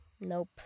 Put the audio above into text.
Nope